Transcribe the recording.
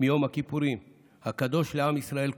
מיום הכיפורים הקדוש לעם ישראל כולו,